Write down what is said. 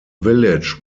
village